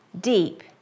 deep